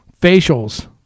facials